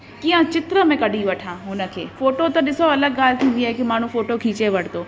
कीअं चित्र में कढी वठां हुन खे फ़ोटो त ॾिसो अलॻि ॻाल्हि हूंदी आहे के माण्हूं फ़ोटो खीचे वरितो